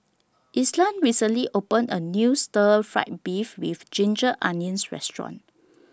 Ishaan recently opened A New Stir Fried Beef with Ginger Onions Restaurant